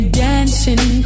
dancing